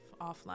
offline